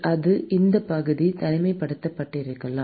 அந்த பகுதி தனிமைப்படுத்தப்பட்டிருக்கலாம்